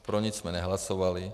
Pro nic jsme nehlasovali.